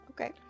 Okay